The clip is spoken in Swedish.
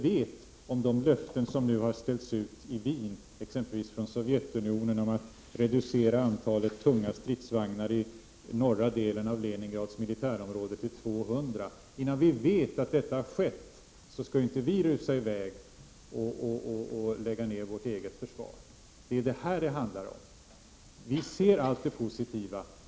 Vi vet heller inte om de löften som nu har ställts ut i Wien — jag tänker då exempelvis på Sovjetunionens löfte om att reducera antalet tunga stridsvagnar i norra delen av Leningrads militärområde till 200 — kommer att infrias. Så länge vi inte vet att så har skett skall vi inte rusa iväg och lägga ned vårt eget försvar. Det är vad det handlar om. Vi ser allt det positiva.